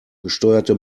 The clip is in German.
gesteuerte